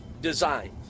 design